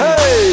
Hey